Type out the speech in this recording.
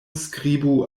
skribu